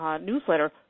newsletter